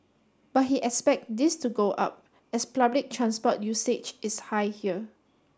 but he expect this to go up as public transport usage is high here